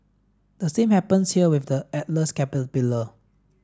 the same happens here with the Atlas caterpillar